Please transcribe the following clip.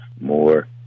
more